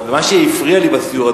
ומה שהפריע לי בסיור,